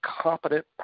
competent